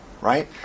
Right